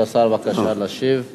כבוד השר, בבקשה להשיב.